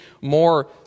more